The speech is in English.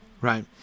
right